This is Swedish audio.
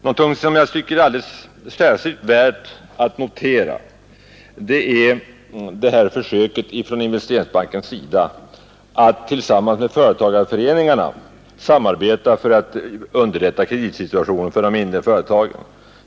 Någonting som alldeles särskilt är värt att notera är försöket från Investeringsbankens sida att samarbeta med företagarföreningarna för att underlätta kreditsituationen för de mindre företagen.